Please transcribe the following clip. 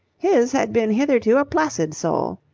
his had been hitherto a placid soul.